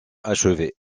achevée